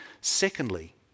secondly